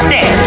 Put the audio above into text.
Six